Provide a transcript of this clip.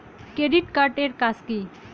Credit card এর কাজ কি?